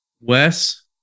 Wes